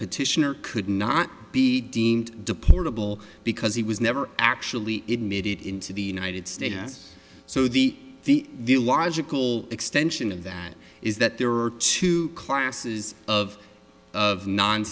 petitioner could not be deemed deportable because he was never actually it made it into the united states so the the the logical extension of that is that there are two classes of of non